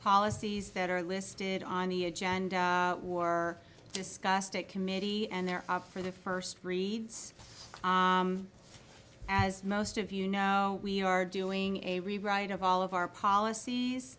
policies that are listed on the agenda were discussed at committee and there for the first reads as most of you know we are doing a rewrite of all of our policies